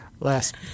last